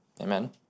Amen